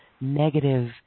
negative